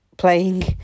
Playing